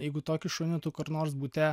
jeigu tokį šunį tu kur nors bute